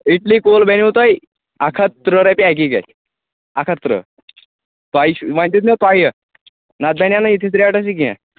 Italy کُل بَنوُ تۄہہِ اَکھ ہَتھ تٕرٛہ رۄپیہِ اَکی کَتھِ اَکھ ہَتھ تٕرٛہ تۄہہِ وۄنۍ دیُٚت مےٚ تۄہہِ نَتہٕ بَنہِ ہَہ نہٕ یِتھِس ریٹَس یہِ کینٛہہ